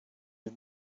you